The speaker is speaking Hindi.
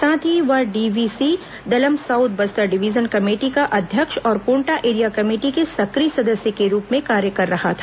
साथ ही वह डीवीसी दलम साउथ बस्तर डिवीजन कमेटी का अध्यक्ष और कोंटा एरिया कमेटी के सक्रिय सदस्य के रूप में कार्य कर रहा था